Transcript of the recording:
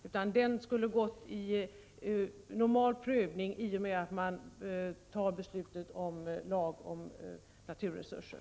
Denna motion skulle ha undergått normal prövning i och med att man antagit beslutet om lag om naturresurser.